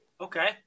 Okay